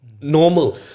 normal